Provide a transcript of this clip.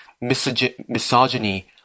misogyny